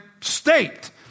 state